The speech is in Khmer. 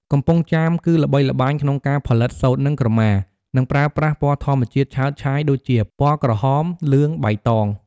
កំពង់ចាម គឺល្បីល្បាញ ក្នុងការផលិតសូត្រ និងក្រមា និងប្រើប្រាស់ ពណ៌ធម្មជាតិឆើតឆាយ ដូចជា ពណ៌ក្រហម លឿង បៃតង។